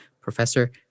Professor